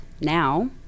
now